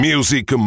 Music